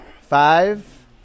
Five